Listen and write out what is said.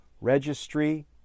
registry